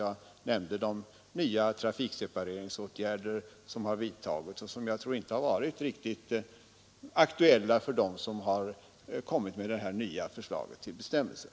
Jag nämnde de nya trafiksepareringsåtgärder som vidtagits och som, tror jag, inte har varit riktigt aktuella för dem som kommit med detta nya förslag till bestämmelser.